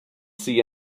see